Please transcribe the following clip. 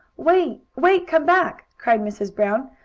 wait! wait! come back! cried mrs. brown.